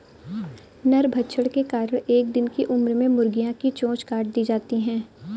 नरभक्षण के कारण एक दिन की उम्र में मुर्गियां की चोंच काट दी जाती हैं